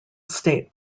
state